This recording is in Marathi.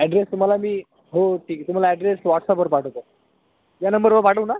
ॲड्रेस तुम्हाला मी हो ठीक आहे तुम्हाला ॲड्रेस वॉट्सअपवर पाठवतो या नंबरवर पाठवू ना